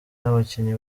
n’abakinnyi